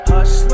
Hush